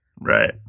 Right